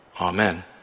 Amen